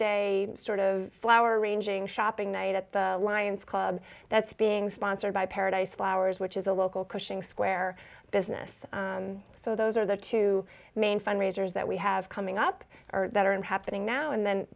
day sort of flower arranging shopping night at the lions club that's being sponsored by paradise flowers which is a local cushing square business so those are the two main fundraisers that we have coming up that are and happening now and then